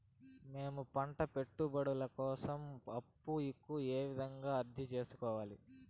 మేము పంట పెట్టుబడుల కోసం అప్పు కు ఏ విధంగా అర్జీ సేసుకోవాలి?